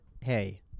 hey